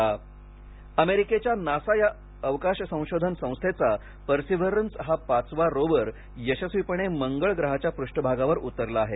NASA अमेरिकेच्या NASA या अवकाश संशोधन संस्थेचा पर्सिवरंस हा पाचवा रोवर यशस्वीपणे मंगळ ग्रहाच्या पृष्ठभागावर उतरला आहे